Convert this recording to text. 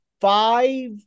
five